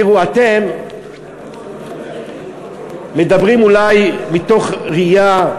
תראו, אתם מדברים אולי מתוך ראייה,